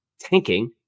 tanking